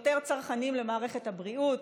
יותר צרכנים של מערכת הבריאות,